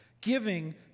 Giving